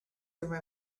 through